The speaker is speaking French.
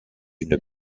une